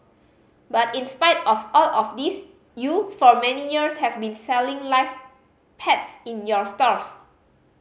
but in spite of all of this you for many years have been selling live pets in your stores